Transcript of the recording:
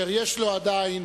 ויש לו עדיין